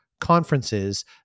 conferences